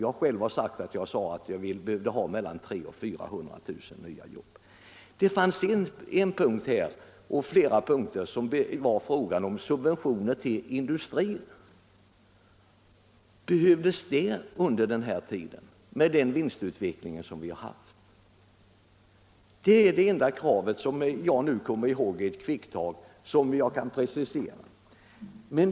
Jag sade själv att vi skulle behöva mellan 300 000 och 400 000. Centern hade då en punkt om subventioner till industrin. Behövdes det sådana under den här tiden, med den vinstutveckling vi har haft? Detta är det enda av centerns krav som jag nu i ett kvickt tag kan komma ihåg.